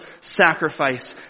sacrifice